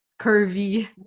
curvy